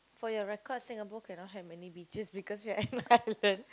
for your record Singapore cannot have many beaches because we are an island